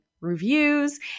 reviews